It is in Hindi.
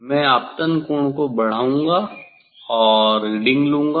मैं आपतन कोण को बढ़ाऊंगा और रीडिंग लूंगा